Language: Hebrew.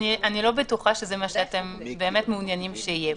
אני לא בטוחה שזה מה שאתם באמת מעוניינים שיהיה.